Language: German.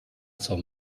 soll